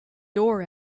door